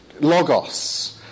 logos